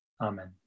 Amen